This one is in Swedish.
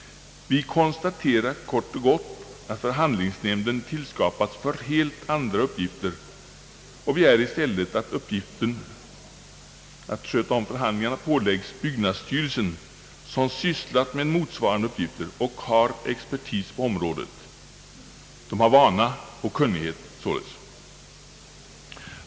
Vi konstaterar kort och gott att förhandlingsnämnden tillskapats för helt andra uppgifter. Vi begär att uppgiften att sköta dessa förhandlingar i stället åläggs byggnadsstyrelsen, som sysslat med motsvarande uppgifter och har expertis med vana och kunnighet på området.